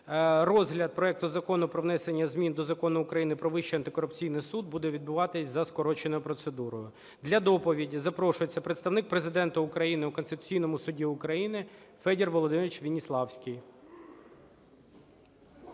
Розгляд проекту Закону про внесення зміни до Закону України "Про Вищий антикорупційний суд" буде відбуватися за скороченою процедурою. Для доповіді запрошується Представник Президента України у Конституційному Суді України Федір Володимирович Веніславський.